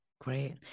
Great